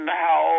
now